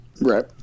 Right